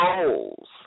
goals